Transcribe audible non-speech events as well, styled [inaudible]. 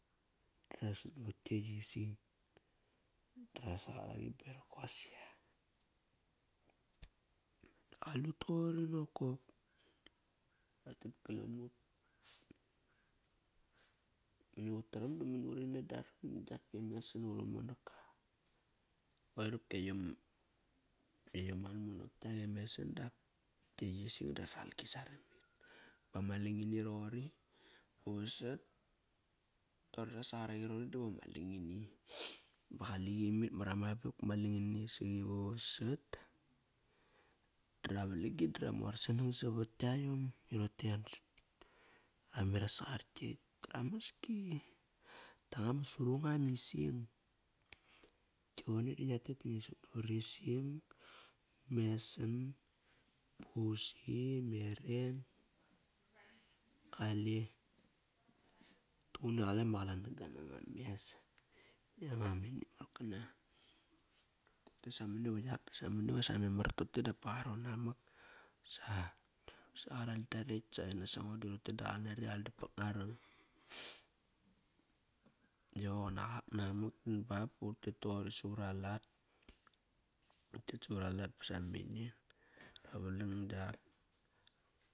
Ra sut navat tiet e ising da rasangar aqi [unintelligible] Qalut toqori nokop Ratet galam mut, Mani utram da mani uri nan da tiak e mesan iva uri monak ka. Ba nakt yayom an monak kiak e mesan dak e ising da ra ralki sarimit Bama langini roqori ba vasat. Tori rasangar aqi roqori diva ma langini saqi ba vasat dara valang gi da ramu asnang savat kiayom iroqote ram me rasangar kiekt. Ramaski. Tanga ma surunga ma ising. [unintelligible] Marangia tet bangi sut navat e ising, mesan, pusi, meren. Kale, ritugun qale ma qalanang-ga nanga mes. Yanga ma [unintelligible] sa mani va yak dasa mani va memar toqote dapsa va qaron namak sa. Sa qaral kiaret, sa rote da ngua nari aldap sak ngua rang yo nak qak namak ba bu tet toqori savar alat. Utet savar alat ba samamene.